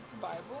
Bible